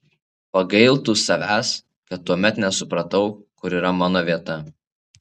pagailtų savęs kad tuomet nesupratau kur yra mano vieta